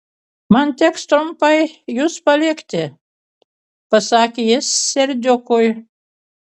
man teks trumpai jus palikti pasakė jis serdiukui